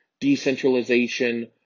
decentralization